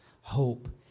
hope